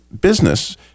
business